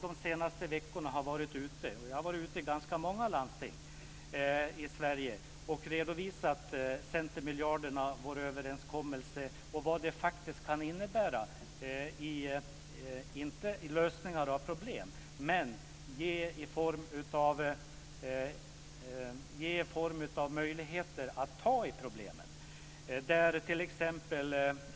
De senaste veckorna har jag varit ute i ganska många landsting i Sverige och redovisat centermiljarderna, vår överenskommelse och vad det faktiskt kan innebära, inte i lösningar av problem men möjligheter att ta tag i problemen.